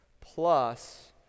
plus